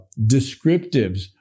descriptives